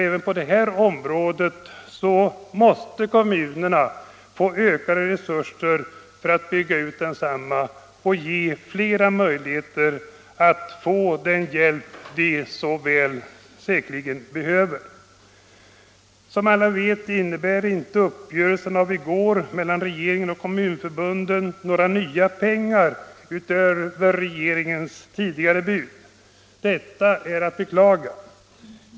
Även på det här området måste kommunerna få ökade resurser för att bygga ut omsorgen och ges flera möjligheter att få den hjälp de så väl behöver. Som alla vet innebär inte uppgörelsen från i går mellan regeringen och kommunförbunden några nya pengar utöver regeringens tidigare bud. Detta är att beklaga.